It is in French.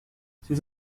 ces